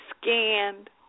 scanned